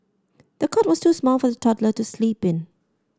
the cot was too small for the toddler to sleep in